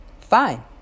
Fine